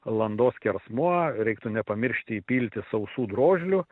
landos skersmuo reiktų nepamiršti įpilti sausų drožlių